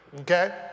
okay